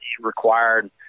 required